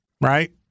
right